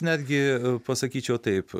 netgi pasakyčiau taip